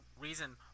reason